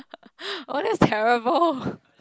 oh that's terrible